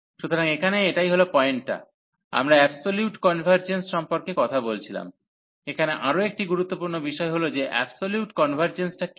সুতরাং এখানে এটাই হল পয়েন্টটা আমরা অ্যাবসোলিউট কনভার্জেন্স সম্পর্কে কথা বলছিলাম এখানে আরও একটি গুরুত্বপূর্ণ বিষয় হল যে অ্যাবসোলিউট কনভার্জেন্সটা কী